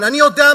סיכוי,